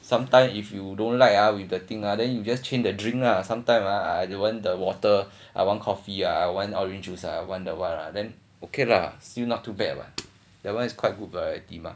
sometime if you don't like ah with the thing ah then you just change the drink lah sometime ah you want the water I want coffee ah one orange juice I want the what ah then okay lah still not too bad lah that one is quite good variety mah